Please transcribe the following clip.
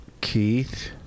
Keith